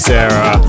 Sarah